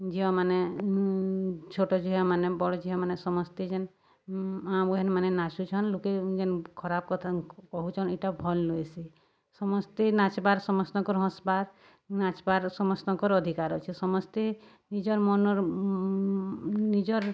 ଝିଅମାନେ ଛୋଟ ଝିଅମାନେ ବଡ଼୍ ଝିଅମାନେ ସମସ୍ତେ ଯେନ୍ ମା' ବହେନ୍ମାନେ ନାଚୁଛନ୍ ଲୋକେ ଯେନ୍ ଖରାପ୍ କଥା କହୁଛନ୍ ଇଟା ଭଲ୍ ନୁହେଁସେ ସମସ୍ତେ ନାଚ୍ବାର୍ ସମସ୍ତଙ୍କର୍ ହସ୍ବାର୍ ନାଚ୍ବାର୍ ସମସ୍ତଙ୍କର୍ ଅଧିକାର୍ ଅଛେ ସମସ୍ତେ ନିଜର୍ ମନର୍ ନିଜର୍